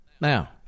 Now